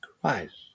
Christ